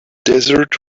desert